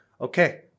okay